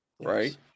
Right